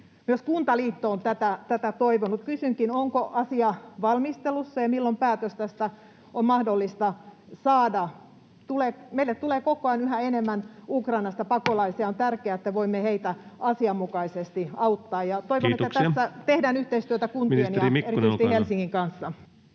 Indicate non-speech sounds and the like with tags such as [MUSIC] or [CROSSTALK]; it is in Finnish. Myös Kuntaliitto on tätä toivonut. Kysynkin: onko asia valmistelussa, ja milloin päätös tästä on mahdollista saada? Meille tulee koko ajan yhä enemmän Ukrainasta pakolaisia. [NOISE] On tärkeää, että voimme heitä asianmukaisesti auttaa, [Puhemies: Kiitoksia!] ja toivon, että tässä tehdään yhteistyötä kuntien ja erityisesti Helsingin kanssa.